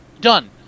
Done